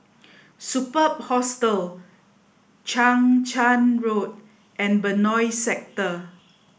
Superb Hostel Chang Charn Road and Benoi Sector